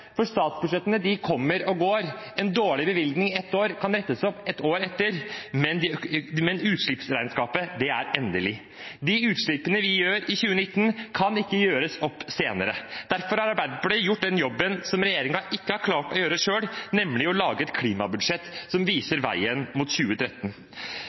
for statsbudsjettene kommer og går, en dårlig bevilgning ett år kan rettes opp et år etter, men utslippsregnskapet er endelig. De utslippene vi gjør i 2019, kan ikke gjøres opp senere. Derfor har Arbeiderpartiet gjort den jobben som regjeringen ikke har klart å gjøre selv, nemlig å lage et klimabudsjett som